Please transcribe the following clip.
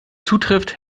zutrifft